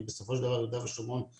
כי בסופו של דבר יהודה ושומרון הם